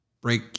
break